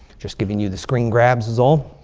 just giving you the screen grabs is all.